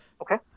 okay